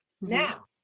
Now